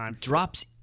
drops